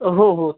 हो हो